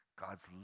God's